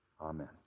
amen